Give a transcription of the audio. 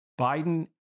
Biden